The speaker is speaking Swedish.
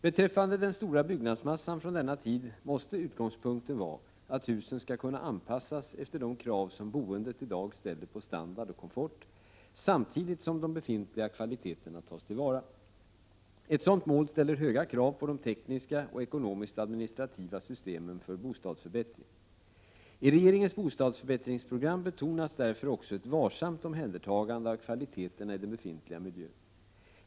Beträffande den stora byggnadsmassan från denna tid måste utgångspunkten vara att husen skall kunna anpassas efter de krav som boendet i dag ställer på standard och komfort, samtidigt som de befintliga kvaliteterna tas till vara. Ett sådant mål ställer höga krav på de tekniska och ekonomisk-administrativa systemen för bostadsförbättring. I regeringens bostadsförbättringsprogram betonas därför också ett varsamt omhändertagande av kvaliteterna i den befintliga miljön.